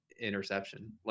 interception